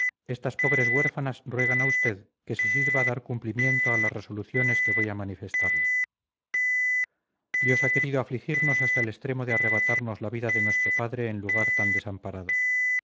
estas pobres huérfanas ruegan a usted que se sirva dar cumplimiento a las resoluciones que voy a manifestarle dios ha querido afligirnos hasta el extremo de arrebatarnos la vida de nuestro padre en lugar tan desamparado